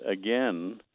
again